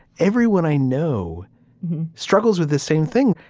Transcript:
everyone i know struggles with the same thing.